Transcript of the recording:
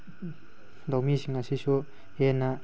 ꯂꯧꯃꯤꯁꯤꯡ ꯑꯁꯤꯁꯨ ꯍꯦꯟꯅ